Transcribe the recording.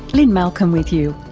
lynne malcolm with you,